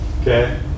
Okay